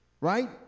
right